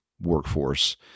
workforce